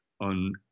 on